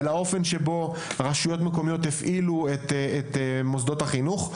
ועל האופן שבו רשויות מקומיות הפעילו את מוסדות החינוך.